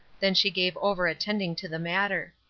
then she gave over attending to the matter.